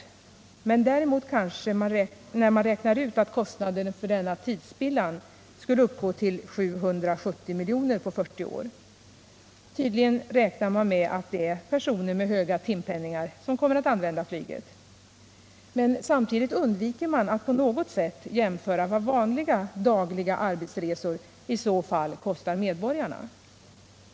Däremot är det kanske förvånande när man räknar ut att kostnaden för denna tidsspillan skulle uppgå till 770 miljoner på 40 år! Tydligen räknar man med att det är personer med höga timpenningar som kommer att använda flyget! Men samtidigt undviker man att på något sätt jämföra vad vanliga dagliga arbetsresor i så fall kostar medborgarna.